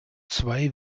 zwei